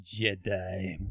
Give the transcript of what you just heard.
Jedi